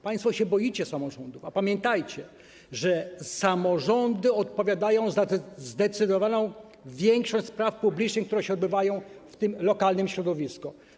Państwo się boicie samorządów, a pamiętajcie, że samorządy odpowiadają za zdecydowaną większość spraw publicznych, które się odbywają w tym lokalnym środowisku.